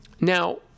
now